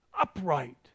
upright